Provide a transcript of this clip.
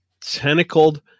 tentacled